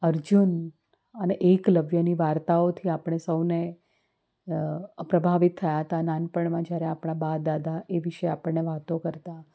અર્જુન અને એકલવ્યની વાર્તાઓથી આપણે સૌને પ્રભાવિત થયા હતા નાનપણમાં જ્યારે આપણાં બા દાદા એ વિષે આપણને વાતો કરતાં